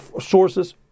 sources